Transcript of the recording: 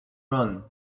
run